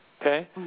okay